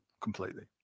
completely